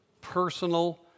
personal